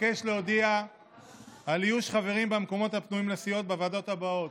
אבקש להודיע על איוש חברים במקומות הפנויים לסיעות בוועדות הבאות: